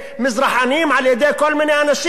על-ידי כל מיני אנשים שאין להם,